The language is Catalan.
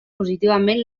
positivament